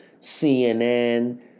CNN